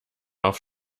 auf